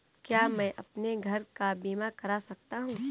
क्या मैं अपने घर का बीमा करा सकता हूँ?